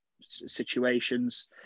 situations